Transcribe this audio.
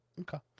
Okay